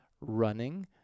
running